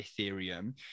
Ethereum